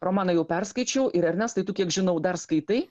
romaną jau perskaičiau ir ernestai tu kiek žinau dar skaitai